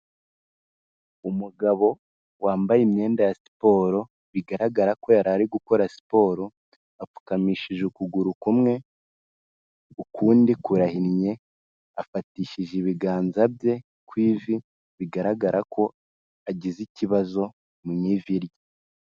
Umugabo wambaye imyenda ya siporo bigaragara ko yarari gukora siporo, apfukamishije ukuguru kumwe, ukundi kurahinye afatishije ibiganza bye kw'ivi bigaragara ko agize ikibazo mu ivi rye.